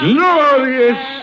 Glorious